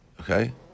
Okay